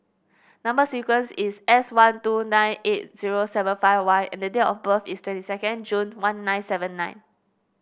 number sequence is S one two nine eight zero seven five Y and date of birth is twenty second June one nine seven nine